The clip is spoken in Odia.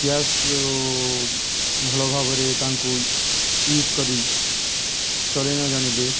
ଗ୍ୟାସ ଭଲ ଭାବରେ ତାଙ୍କୁ ୟୁଜ୍ କରି ଚଲାଇ ନ ଜାଣିଲେ